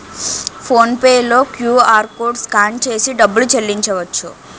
phone pay లో QR code scan చేసి డబ్బులు చెల్లించవచ్చు